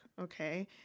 okay